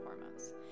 hormones